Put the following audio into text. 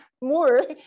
more